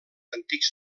antics